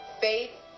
faith